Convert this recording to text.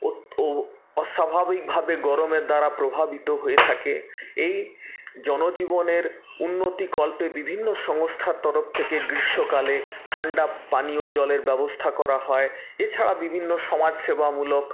অস্বাভাবিকভাবে গরমের দ্বারা প্রভাবিত হয়ে থাকে এই জনজীবনের উন্নতিকল্পে বিভিন্ন সংস্থার তরফ থেকে গ্রীষ্মকালে ঠাণ্ডা পানীয় জলের ব্যবস্থা করা হয় এছাড়া বিভিন্ন সমাজসেবামূলক